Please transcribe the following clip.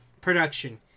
production